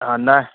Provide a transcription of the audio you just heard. हँ नहि